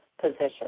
position